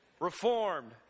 Reformed